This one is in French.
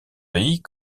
pays